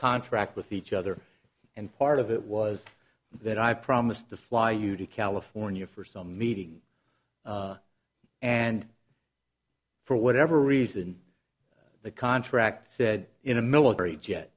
contract with each other and part of it was that i promised to fly you to california for some meeting and for whatever reason the contract said in a military jet